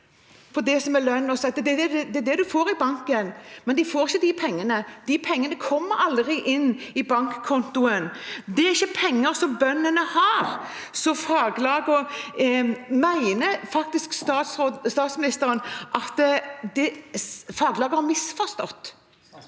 det er det man får i banken. Men de får ikke de pengene. De pengene kommer aldri inn på bankkontoen. Det er ikke penger som bøndene har. Mener faktisk statsministeren at faglagene har misforstått?